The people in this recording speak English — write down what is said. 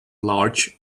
large